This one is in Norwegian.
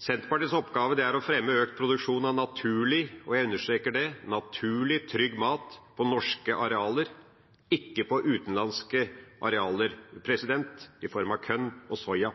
Senterpartiets oppgave er å fremme økt produksjon av naturlig – og jeg understreker naturlig – trygg mat på norske arealer, ikke på utenlandske arealer, i form av korn og soya.